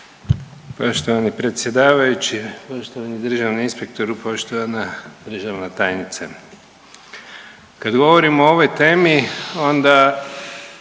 Poštovani predsjedavajući, poštovani državni inspektoru, poštovana državna tajnice, kad govorimo o ovoj temi onda